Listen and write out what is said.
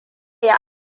ya